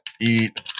eat